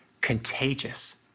contagious